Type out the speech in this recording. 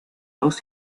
dos